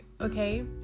okay